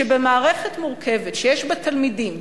שבמערכת מורכבת שיש בה תלמידים,